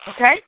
okay